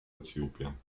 äthiopien